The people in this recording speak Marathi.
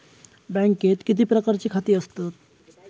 बँकेत किती प्रकारची खाती आसतात?